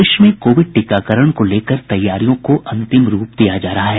प्रदेश में कोविड टीकाकरण को लेकर तैयारियों को अंतिम रूप दिया जा रहा है